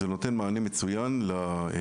זה נותן מענה מצוין לצרכים.